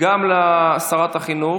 גם לשרת החינוך,